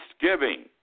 giving